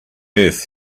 earth